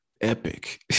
epic